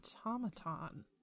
automaton